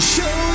Show